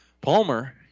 Palmer